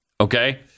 Okay